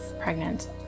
pregnant